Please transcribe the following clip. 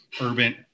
urban